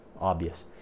obvious